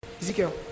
Ezekiel